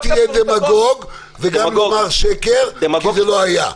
אל תהיה דמגוג, וגם דבר שקר, כי זה לא היה.